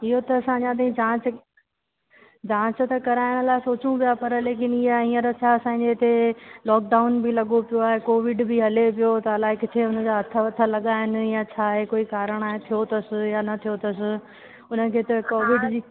इहो त असां अञा ताईं जांच जांच त कराइण लाइ सोचूं पिया पर लेकिन इहा हींअर छा असांजे इते लोक डाउन बि लॻो पियो आहे कोविड बि हले पियो त अलाए किथे हुन जा हथ वथ लॻा आहिनि या छा आहे कोई कारणु आहे थियो अथसि या न थियो अथसि हुनखे त कोविड जी